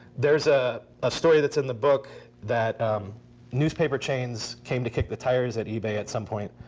there's a ah story that's in the book that newspaper chains came to kick the tires at ebay at some point.